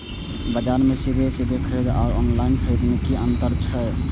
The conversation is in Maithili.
बजार से सीधे सीधे खरीद आर ऑनलाइन खरीद में की अंतर छै?